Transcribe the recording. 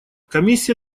комиссия